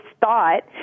thought